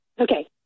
Okay